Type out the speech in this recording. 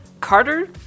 Carter